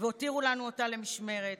והותירו לנו אותה למשמרת,